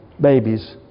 babies